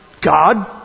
God